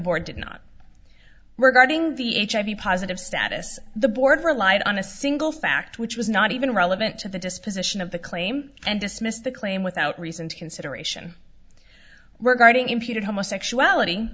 board did not regarding the hiv positive status the board relied on a single fact which was not even relevant to the disposition of the claim and dismissed the claim without recent consideration regarding imputed homosexuality